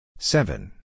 Seven